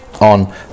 on